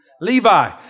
Levi